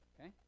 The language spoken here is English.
okay